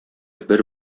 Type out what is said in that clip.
бер